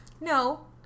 No